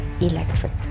electric